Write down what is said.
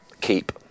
Keep